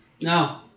No